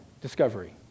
discovery